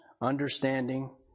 understanding